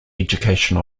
education